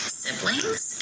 siblings